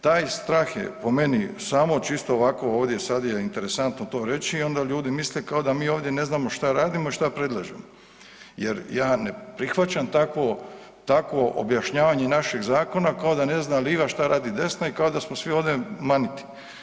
Taj strah je po meni samo čisto ovako ovdje sad je interesantno to reći onda ljudi misle kao da mi ovdje ne znamo što radimo i što predlažemo jer ja ne prihvaćam takvo, takvo objašnjavanje našeg zakona kao da ne zna liva šta radi desna i kao da smo svi ovdje maniti.